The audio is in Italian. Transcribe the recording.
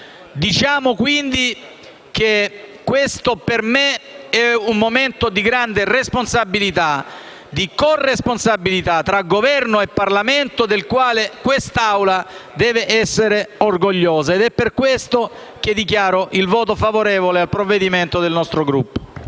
Diciamo quindi che questo, per me, è un momento di grande responsabilità, di corresponsabilità tra Governo e Parlamento del quale quest'Aula deve essere orgogliosa. È per questo motivo che dichiaro il voto favorevole al provvedimento del nostro Gruppo.